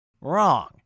Wrong